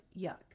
yuck